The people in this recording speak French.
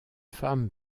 femmes